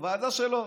ועדה שלו.